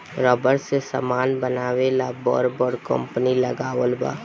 rubber से समान बनावे ला बर बर कंपनी लगावल बा